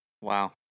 Wow